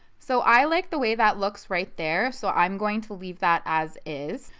so i like the way that looks right there so i'm going to leave that as is.